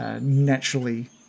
naturally